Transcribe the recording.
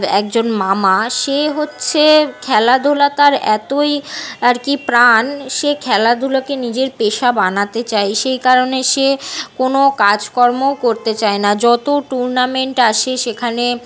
একজন মামা সে হচ্ছে খেলাধুলা তার এতই আর কি প্রাণ সে খেলাধুলোকে নিজের পেশা বানাতে চায় সেই কারণে সে কোনো কাজকর্মও করতে চায় না যত টুর্নামেন্ট আসে সেখানে